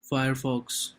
firefox